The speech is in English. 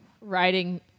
writing